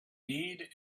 need